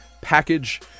package